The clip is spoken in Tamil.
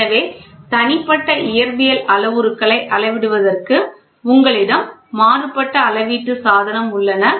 எனவே தனிப்பட்ட இயற்பியல் அளவுருக்களை அளவிடுவதற்கு உங்களிடம் மாறுபட்ட அளவீட்டு சாதனங்கள் உள்ளன